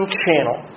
channel